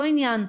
אותו עניין.